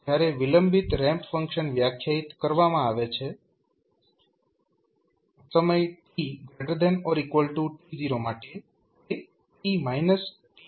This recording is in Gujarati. જ્યારે વિલંબિત રેમ્પ ફંક્શન વ્યાખ્યાયિત કરવામાં આવે છે સમય tt0 માટે તે t t0 હશે